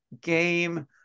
game